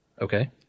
Okay